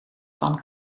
van